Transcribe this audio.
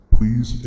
Please